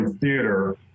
theater